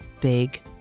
big